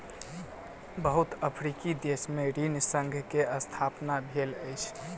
बहुत अफ्रीकी देश में ऋण संघ के स्थापना भेल अछि